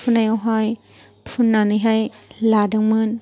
थिफुनायावहाय फुननानैहाय लादोंमोन